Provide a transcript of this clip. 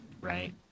right